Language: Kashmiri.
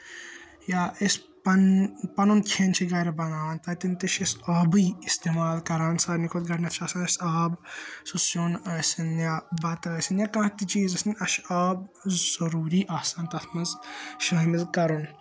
یا أسۍ پَنُن پَنُن کھٮ۪ن چھ گَرِ بَناوان تَتِٮ۪ن تہِ چھِ أسۍ آبٕے استعمال کَران سارنی کھۄتہٕ گۄڈٕنیٚتھ چھِ آسان اَسہِ آب سُہ سیُن ٲسۍ تَن یا بَتہِ ٲسِن یا کانٛہہ تہِ چیز ٲسۍ اَسہِ چھُ آب ضروری آسان تَتھ منٛز شٲمِل کَرُن